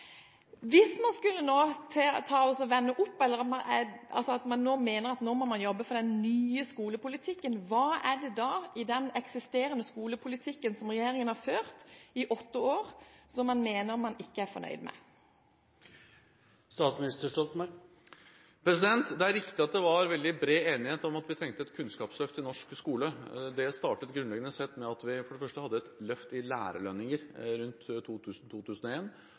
Hvis man nå mener at man nå må jobbe for den nye skolepolitikken, hva er det da i den eksisterende skolepolitikken regjeringen har ført i åtte år, man mener man ikke er fornøyd med? Det er riktig at det var veldig bred enighet om at vi trengte et kunnskapsløft i norsk skole. Det startet grunnleggende sett med at vi for det første hadde et løft i lærerlønninger rundt